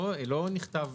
לא מדויקת.